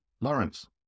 Lawrence